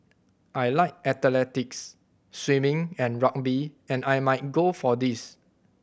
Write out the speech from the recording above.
I like athletics swimming and rugby and I might go for these